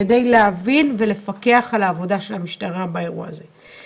כדי להבין ולפקח על העבודה של המשטרה באירוע הזה.